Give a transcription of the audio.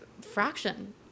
fraction